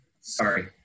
Sorry